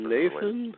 Nathan